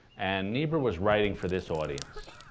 and niebuhr was writing for this audience.